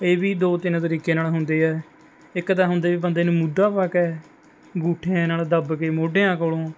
ਇਹ ਵੀ ਦੋ ਤਿੰਨ ਤਰੀਕੇ ਨਾਲ਼ ਹੁੰਦੇ ਹੈ ਇੱਕ ਤਾਂ ਹੁੰਦਾ ਵੀ ਬੰਦੇ ਨੂੰ ਮੁੱਧਾ ਪਾ ਕੇ ਗੂਠਿਆਂ ਨਾਲ ਦੱਬ ਕੇ ਮੋਢਿਆਂ ਕੋਲ